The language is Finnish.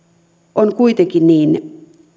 on kuitenkin niin